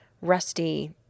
Rusty